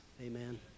Amen